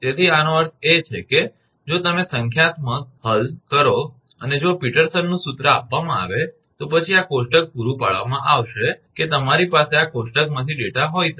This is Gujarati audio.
તેથી આનો અર્થ છે કે જો તમે સંખ્યાત્મક હલ કરો અને જો પીટરસનનું સૂત્ર સૂત્ર આપવામાં આવે તો પછી આ કોષ્ટક પૂરૂ પાડવામાં આવશે કે તમારી પાસે આ કોષ્ટકમાંથી ડેટા હોઈ શકે છે